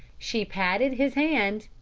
she patted his hand,